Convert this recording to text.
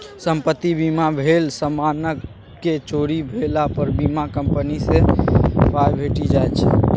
संपत्ति बीमा भेल समानक चोरी भेला पर बीमा कंपनी सँ पाइ भेटि जाइ छै